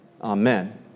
amen